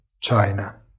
China